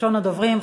ראשון הדוברים,